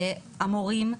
המורים,